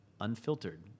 Unfiltered